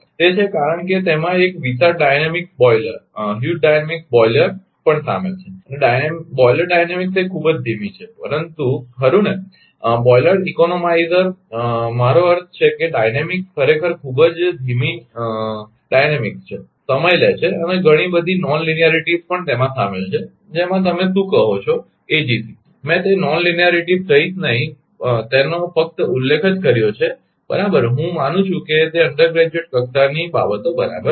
તે છે કારણ કે તેમાં એક વિશાળ ડાયનેમિકતા બોઇલરહ્યુઝ ડાયનેમીક્સ બોઇલર પણ શામેલ છે અને બોઈલર ડાયનેમીક્સ એ ખૂબ જ ધીમી છે ખરુ ને બોઈલર ઇકોનોમાઇઝરboiler economizer મારો અર્થ એ છે કે તે ડાયનેમિકતા ખરેખર ખૂબ ધીમી ડાયનેમિકતા છે તે સમય લે છે અને ઘણી બધી નોન લીનારિટીઝ પણ તેમાં શામેલ છે જેમાં તમે શું કહો છો એજીસી મેં તે નોન લીનારિટીઝ કહીશ નહીં તેનો ફક્ત ઉલ્લેખ જ કર્યો છે બરાબર હું માનું છું કે તે અંડરગ્રેજ્યુએટ કક્ષાની બાબતો બરાબર છે